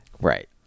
Right